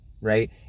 right